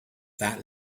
that